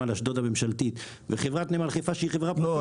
אשדוד הממשלתית וחברת נמל חיפה שהיא חברה פרטית -- לא,